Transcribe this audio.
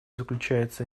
заключается